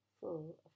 full